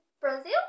Brazil